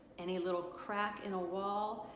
any little crack in a wall,